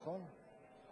חנין, נכון?